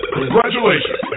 congratulations